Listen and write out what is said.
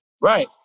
Right